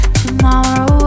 tomorrow